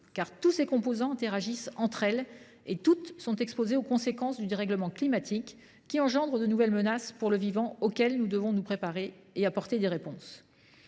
car tous ces paramètres interagissent et tous sont exposés aux conséquences du dérèglement climatique, qui suscite de nouvelles menaces pour le vivant. Nous devons nous y préparer et apporter des réponses.